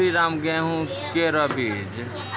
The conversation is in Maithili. श्रीराम गेहूँ केरो बीज?